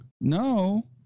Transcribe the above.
No